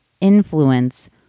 influence